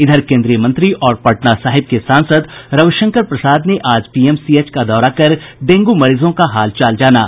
इधर केन्द्रीय मंत्री और पटना साहिब के सांसद रविशंकर प्रसाद ने आज पीएमसीएच का दौरा कर डेंगू मरीजों का हालचाल जाना